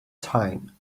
time